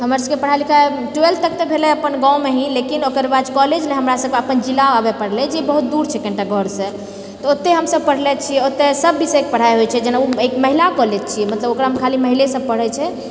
हमर सबके पढ़ाइ लिखाइ ट्वेल्थ तक तऽ भेलै अपन गाँवमे ही लेकिन ओकर बाद कॉलेज लए हमरा सबकेँ अपन जिला आबऽ पड़लै जे बहुत दूर छै कनीटा घरसँ तऽ ओतय हमसब पढ़ले छियै ओतय सब विषयके पढ़ाइ होइत छै जेना एक महिला कॉलेज छियै मतलब ओकरामे खाली महिले सब पढ़ै छै